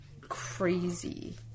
crazy